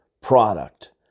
product